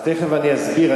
אז תיכף אני אסביר.